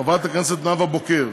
חברת הכנסת נאוה בוקר,